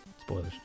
spoilers